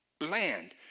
land